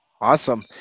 Awesome